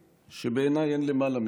בעיניי אין למעלה ממנו,